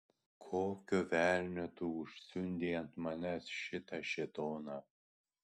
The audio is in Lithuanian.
kokio velnio tu užsiundei ant manęs šitą šėtoną